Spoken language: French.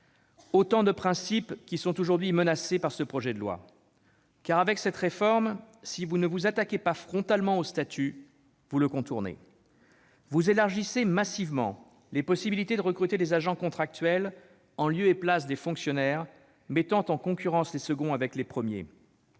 Autant de principes qui sont aujourd'hui menacés par ce projet de loi. En effet, monsieur le secrétaire d'État, avec cette réforme, si vous ne vous attaquez pas frontalement au statut, vous le contournez. Vous élargissez massivement les possibilités de recruter des agents contractuels en lieu et place des fonctionnaires, mettant en concurrence les seconds avec les premiers.